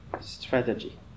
Strategy